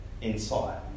inside